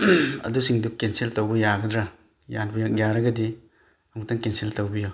ꯑꯗꯨꯁꯤꯡꯗꯨ cancel ꯇꯧꯕ ꯌꯥꯒꯗ꯭ꯔꯥ ꯌꯥꯔꯒꯗꯤ ꯑꯃꯨꯛꯇ ꯀꯦꯟꯁꯦꯜ ꯇꯧꯕꯤꯌꯨ